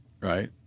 right